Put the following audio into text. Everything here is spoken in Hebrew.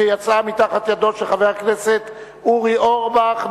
שיצאה מתחת ידו של חבר הכנסת אורי אורבך,